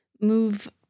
move